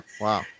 Wow